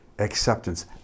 acceptance